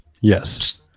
yes